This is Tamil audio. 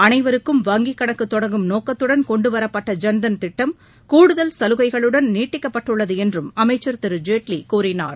அனைவருக்கும் வங்கிக் கணக்கு தொடங்கும் நோக்கத்துடன் கொண்டு வரப்பட்ட ஜன்தன் திட்டம் கூடுதல் சலுகைகளுடன் நீட்டிக்கப்பட்டுள்ளது என்றும் அமைச்சர் திரு ஜேட்லி கூறினார்